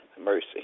mercy